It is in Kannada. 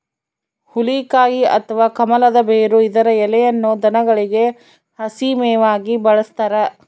ಹುಲಿಕಾಯಿ ಅಥವಾ ಕಮಲದ ಬೇರು ಇದರ ಎಲೆಯನ್ನು ದನಗಳಿಗೆ ಹಸಿ ಮೇವಾಗಿ ಬಳಸ್ತಾರ